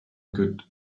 could